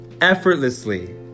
effortlessly